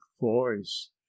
voice